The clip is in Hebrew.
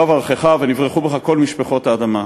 ואברכך, ונברכו בך כל משפחות האדמה.